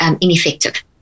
ineffective